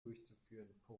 durchzuführen